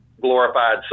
glorified